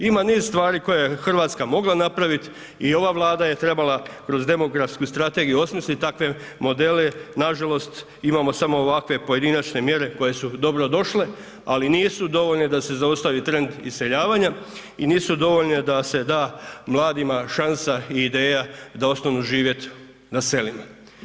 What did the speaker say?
Ima niz stvari koje je Hrvatska mogla napravit i ova Vlada je trebala kroz demografsku strategiju osmisliti takve modele, nažalost imamo samo ovakve pojedinačne mjere koje su dobrodošle ali nisu dovoljne da se zaustavi trend iseljavanja i nisu dovoljne da se da mladima šansa i ideja da ostanu živjet na selima.